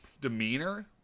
demeanor